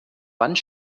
wand